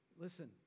Listen